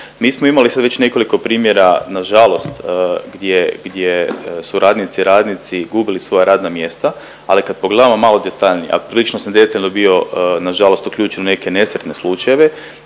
Mi smo imali sad već nekoliko primjera nažalost, gdje, gdje su radnice i radnici gubili svoja radna mjesta ali kad pogledamo malo detaljnije, a prilično sam detaljno bio, nažalost uključen u neke nesretne slučajeve